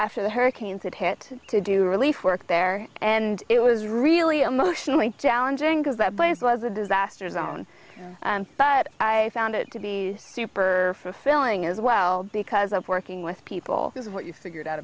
after the hurricanes that hit to do relief work there and it was really emotionally challenging because that place was a disaster zone but i found it to be super fulfilling as well because of working with people is what you figured out